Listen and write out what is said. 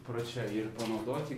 pro čia ir panaudoti